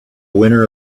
winner